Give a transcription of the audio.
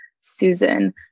Susan